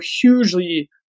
hugely